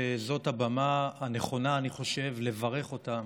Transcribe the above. זאת הבמה הנכונה, אני חושב, לברך אותם